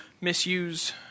misuse